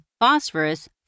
phosphorus